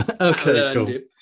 Okay